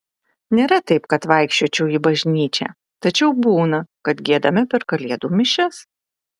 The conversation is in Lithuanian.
nėra taip kad vaikščiočiau į bažnyčią tačiau būna kad giedame per kalėdų mišias